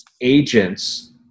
agents